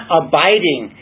abiding